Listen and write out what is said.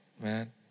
Man